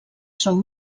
són